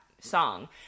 song